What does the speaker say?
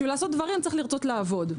בשביל לעשות דברים צריך לרצות לעבוד.